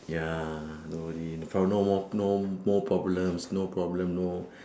ya no worry no prob~ no more no more problems no problem no